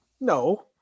No